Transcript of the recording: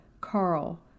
Carl